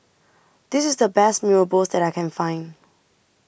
This IS The Best Mee Rebus that I Can Find